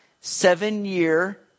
seven-year